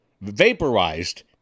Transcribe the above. vaporized